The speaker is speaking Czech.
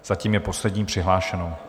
Zatím je poslední přihlášenou.